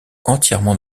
entièrement